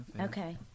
Okay